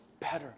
better